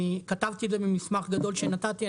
אני כתבתי את זה במסמך גדול שנתתי.